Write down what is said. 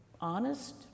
Honest